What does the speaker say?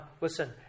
listen